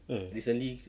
eh